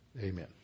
Amen